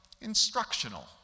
instructional